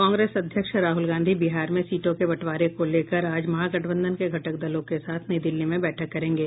कांग्रेस अध्यक्ष राहुल गांधी बिहार में सीटों के बंटवारे को लेकर आज महागठबंधन के घटक दलों के साथ नई दिल्ली में बैठक करेंगे